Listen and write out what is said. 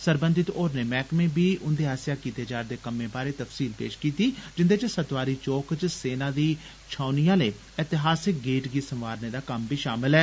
सरबंधित होरनें मैहकमें बी उन्दे आस्सेया कीत्ते जा करदे कम्में बारै तफसील पेश कीत्ती जिन्दे च सतवारी चौक च सेना दी छौनी आले एतिहासक गेट गी सवारने दा कम्म बी शामल ऐ